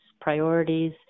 priorities